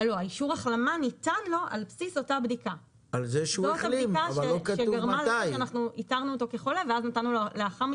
אישור החלמה זה המסמך שאנחנו נותנים למי